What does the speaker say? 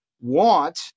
want